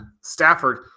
Stafford